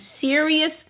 serious